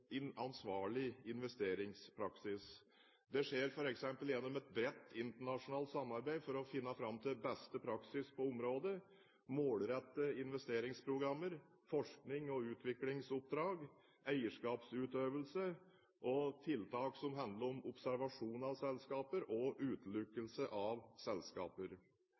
ansvarlig investeringspraksis. Det skjer f.eks. gjennom et bredt internasjonalt samarbeid for å finne fram til beste praksis på området, målrettede investeringsprogrammer, forsknings- og utviklingsoppdrag, eierskapsutøvelse og tiltak som handler om observasjon av selskaper og utelukkelse av selskaper.